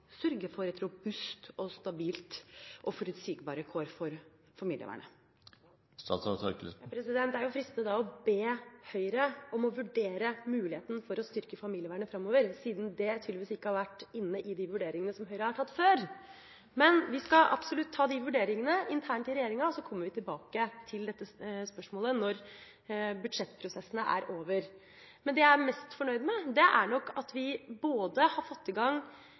sørge for robuste, stabile og forutsigbare kår for familievernet? Det er jo fristende da å be Høyre om å vurdere muligheten for å styrke familievernet framover, siden det tydeligvis ikke har vært inne i de vurderingene som Høyre har foretatt før. Men vi skal absolutt ta de vurderingene internt i regjeringa, og så kommer vi tilbake til dette spørsmålet når budsjettprosessene er over. Men det jeg er mest fornøyd med, er nok at vi har fått i gang